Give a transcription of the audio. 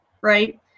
right